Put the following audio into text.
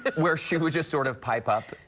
but where she would just sort of pipe up.